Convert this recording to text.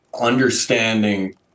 understanding